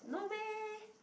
no meh